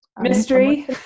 mystery